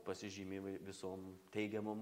pasižymi įvai visom teigiamom